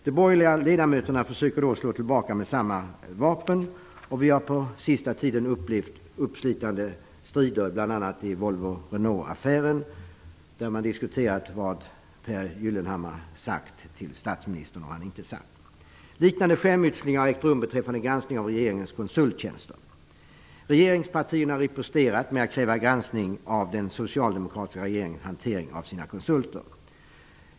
De borgerliga ledamöterna försöker då slå tillbaka med samma vapen. Vi har på sista tiden upplevt uppslitande strider, bl.a. i Volvo--Renault-affären, där man diskuterat vad Pehr Gyllenhammar sagt eller inte sagt till statsministern. Liknande skärmytslingar har ägt rum beträffande granskning av regeringens konsulttjänster. Regeringspartierna har riposterat med att kräva granskning av den socialdemokratiska regeringens hantering av sina konsulter.